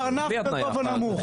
קרנף בגובה נמוך.